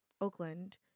oakland